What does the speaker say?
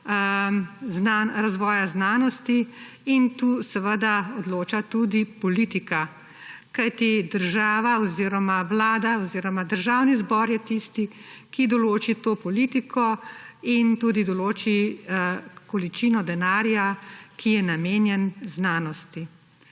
razvoja znanosti in tu odloča tudi politika, kajti država oziroma Vlada oziroma Državni zbor je tisti, ki določi to politiko in tudi določi količino denarja, ki je namenjena znanosti.